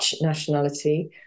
nationality